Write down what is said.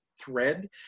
thread